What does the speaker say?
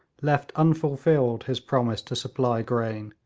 left unfulfilled his promise to supply grain,